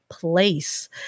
place